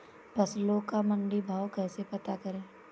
फसलों का मंडी भाव कैसे पता करें?